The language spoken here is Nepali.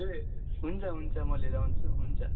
ए हुन्छ हुन्छ म लिएर आउँछु हन्छ